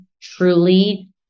truly